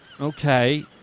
Okay